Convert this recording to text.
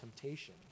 temptation